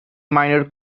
minor